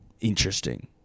interesting